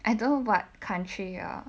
I don't know what country your